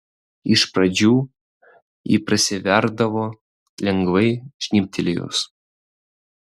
iš pradžių ji prasiverdavo lengvai žnybtelėjus